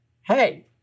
hey